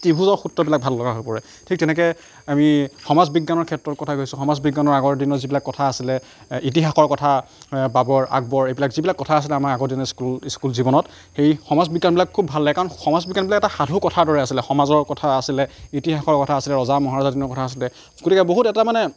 ত্ৰিভুজৰ সূত্ৰবিলাক ভাল লগা হৈ পৰে ঠিক তেনেকৈ আমি সমাজ বিজ্ঞানৰ ক্ষেত্ৰৰ কথা কৈছোঁ সমাজ বিজ্ঞানৰ আগৰ দিনৰ যিবিলাক কথা আছিলে ইতিহাসৰ কথা বাবৰ আকবৰ এইবিলাক যিবিলাক কথা আছিলে আমাৰ আগৰ দিনৰ ইস্কুল ইস্কুল জীৱনত এই সমাজ বিজ্ঞানবিলাক খুব ভাল লাগে কাৰণ সমাজ বিজ্ঞানবিলাক এটা সাধু কথাৰ দৰে আছিলে সমাজৰ কথা আছিলে ইতিহাসৰ কথা আছিলে ৰজা মহাৰজাৰ দিনৰ কথা আছিলে গতিকে বহুত এটা মানে